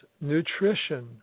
nutrition